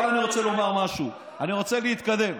אבל אני רוצה לומר משהו, אני רוצה להתקדם.